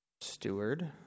steward